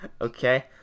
Okay